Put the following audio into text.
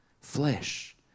flesh